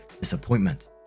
disappointment